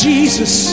Jesus